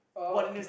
oh